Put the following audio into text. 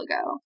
ago